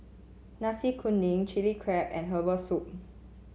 Nasi Kuning Chilli Crab and Herbal Soup